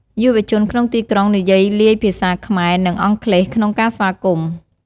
យុវជនក្នុងទីក្រុងនិយាយលាយភាសា ខ្មែរ និងអង់គ្លេសក្នុងការស្វាគមន៍។